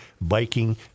biking